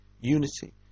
unity